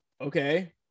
okay